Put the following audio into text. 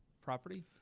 property